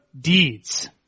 deeds